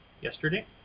Yesterday